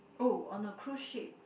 oh on a cruise ship